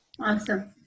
Awesome